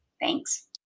Thanks